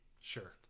sure